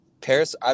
Paris